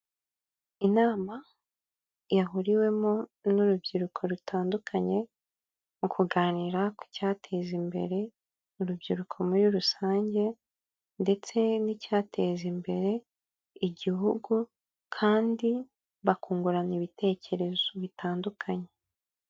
Inama yahuriwemo n'urubyiruko rutandukanye, mu kuganira ku cyateza imbere urubyiruko muri rusange ndetse n'icyateza imbere igihugu, kandi bakungurana ibitekerezo bitandukanye.